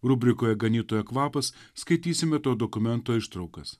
rubrikoje ganytojo kvapas skaitysime to dokumento ištraukas